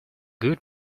good